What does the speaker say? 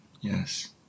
Yes